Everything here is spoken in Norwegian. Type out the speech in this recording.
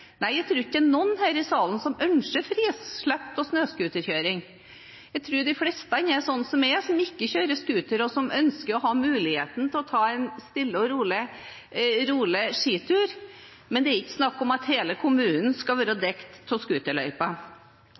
Nei, jeg tror ikke det er noen her i salen som ønsker frislepp av snøscooterkjøring. Jeg tror de fleste er som jeg, som ikke kjører scooter, og som ønsker å ha muligheten til å ta en rolig skitur, men det er ikke snakk om at hele kommunen skal være dekket av